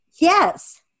yes